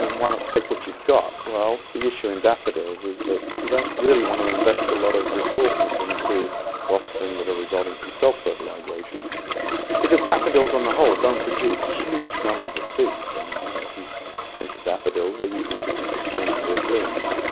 why not take what you've got? well, the issue in daffodils is that you don't really want to invest a lot of resources into offspring that are resulting from self fertilisation because daffodils on the whole don't produce huge numbers of seeds. um and you know if you think of daffodils, they usually produce a small number of blooms.